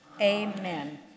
Amen